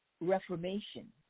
reformation